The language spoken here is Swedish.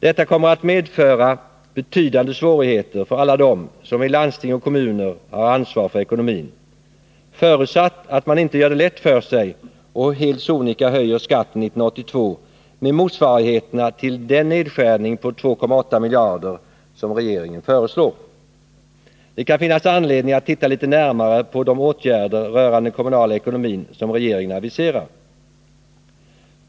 Detta kommer att medföra betydande svårigheter för alla dem som i landsting och kommuner har ansvar för ekonomin, förutsatt att man inte gör det lätt för sig och helt sonika höjer skatten 1982 med motsvarigheterna till den nedskärning på 2,8 miljarder som regeringen föreslår. Det kan finnas anledning att titta litet närmare på de åtgärder rörande den kommunala ekonomin som regeringen aviserar.